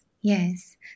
yes